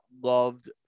loved